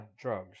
drugs